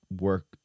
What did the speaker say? work